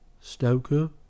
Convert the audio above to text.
Stoker